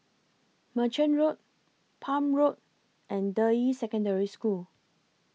Merchant Road Palm Road and Deyi Secondary School